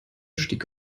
stieg